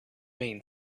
mean